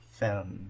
film